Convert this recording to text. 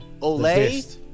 olay